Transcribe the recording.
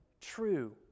true